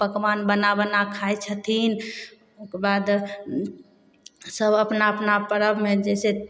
पकवान बना बना खाइ छथिन ओकर बाद सब अपना अपना पर्वमे जैसे